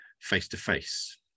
face-to-face